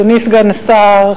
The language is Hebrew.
אדוני סגן השר,